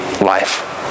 life